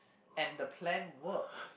and the plan worked